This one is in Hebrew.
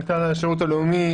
מנכ"ל השירות הלאומי,